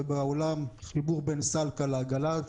חיבור בין סל-קל לעגלה,